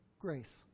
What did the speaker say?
Grace